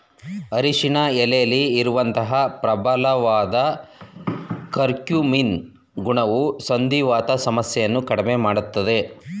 ಅರಿಶಿನ ಎಲೆಲಿ ಇರುವಂತ ಪ್ರಬಲವಾದ ಕರ್ಕ್ಯೂಮಿನ್ ಗುಣವು ಸಂಧಿವಾತ ಸಮಸ್ಯೆಯನ್ನ ಕಡ್ಮೆ ಮಾಡ್ತದೆ